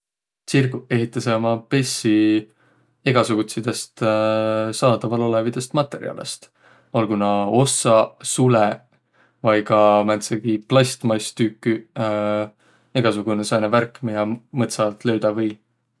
Tsirguq ehitäseq uma pessi egäsugutsidõst saadavalolõvidõst matõrjaalõst, olguq nuuq ossaq, sulõq vai ka ka määntsegiq plastmasstüküq. Egäsugunõ sääne värk, midä mõtsa alt löüdäq või.